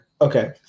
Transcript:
okay